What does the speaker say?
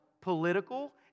political